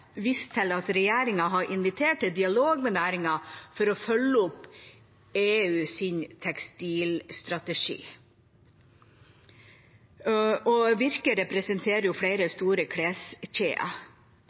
vist til at regjeringa har invitert til dialog med næringen for å følge opp EUs tekstilstrategi. Virke representerer jo flere